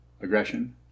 aggression